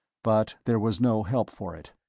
but there was no help for it.